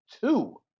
two